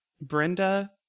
Brenda